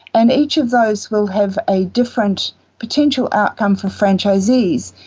and each of those will have a different potential outcome for franchisees,